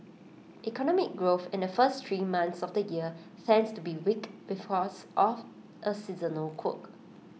economic growth in the first three months of the year tends to be weak because of A seasonal quirk